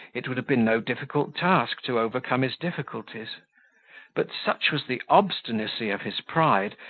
it would have been no difficult task to overcome his difficulties but such was the obstinacy of his pride,